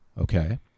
Okay